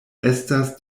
estas